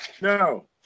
No